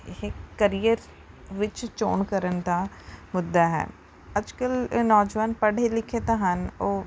ਇਹ ਕਰੀਅਰ ਵਿੱਚ ਚੋਣ ਕਰਨ ਦਾ ਮੁੱਦਾ ਹੈ ਅੱਜ ਕੱਲ੍ਹ ਅ ਨੌਜਵਾਨ ਪੜ੍ਹੇ ਲਿਖੇ ਤਾਂ ਹਨ ਉਹ